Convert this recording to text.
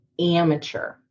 amateur